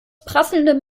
prasselndem